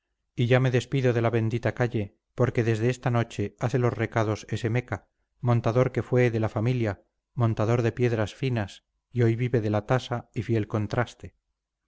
y ya me despido de la bendita calle porque desde esta noche hace los recados ese meca montador que fue de la familia montador de piedras finas y hoy vive de la tasa y fiel contraste